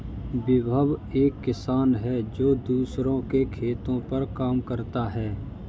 विभव एक किसान है जो दूसरों के खेतो पर काम करता है